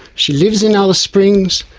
she lives in alice springs,